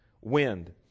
wind